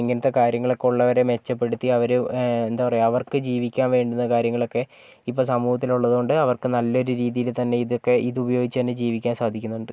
ഇങ്ങനത്തെ കാര്യങ്ങളൊക്കെ ഉള്ളവരെ മെച്ചപ്പെടുത്തി അവർ എന്താപറയാ അവർക്ക് ജീവിക്കാൻ വേണ്ടുന്ന കാര്യങ്ങളൊക്കെ ഇപ്പം സമൂഹത്തിലുള്ളതുകൊണ്ട് അവർക്ക് നല്ലൊരു രീതിയിൽ തന്നെ ഇതൊക്കെ ഇതുപയോഗിച്ചുതന്നെ ജീവിക്കാൻ സാധിക്കുന്നുണ്ട്